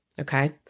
Okay